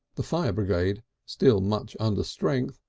the fire brigade, still much under strength,